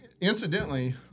Incidentally